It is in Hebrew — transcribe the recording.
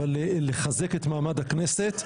לחזק את מעמד הכנסת,